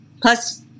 Plus